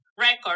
Record